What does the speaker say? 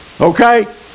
Okay